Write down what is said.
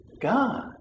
God